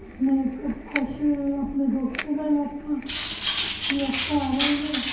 कन्नै इक अद्ध कुछ अपने दोस्ते तांई लेता फिर अस घर आई गे